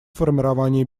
формировании